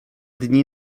dni